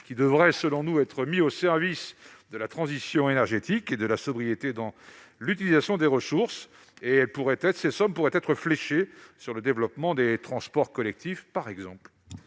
qui devrait, selon nous, être mis au service de la transition énergétique et de la sobriété dans l'utilisation des ressources- ces sommes pourraient par exemple être fléchées vers le développement des transports collectifs. Quel